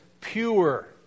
pure